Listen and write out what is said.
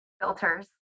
filters